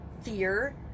fear